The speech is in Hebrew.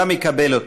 גם יקבל אותה,